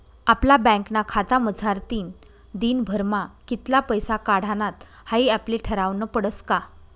आपला बँकना खातामझारतीन दिनभरमा कित्ला पैसा काढानात हाई आपले ठरावनं पडस का